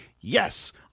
yes